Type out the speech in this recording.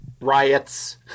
riots